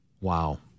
Wow